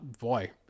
Boy